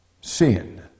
sin